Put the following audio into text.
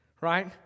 Right